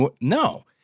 No